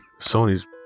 Sony's